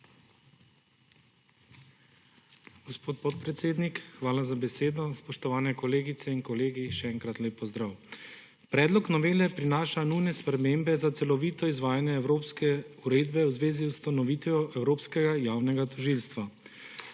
Gospod podpredsednik, hvala za besedo. Spoštovane kolegice in kolegi, še enkrat lep pozdrav! Predlog novele prinaša nujne spremembe za celovito izvajanje evropske uredbe v zvezi z ustanovitvijo Evropskega javnega tožilstva.